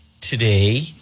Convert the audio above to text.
today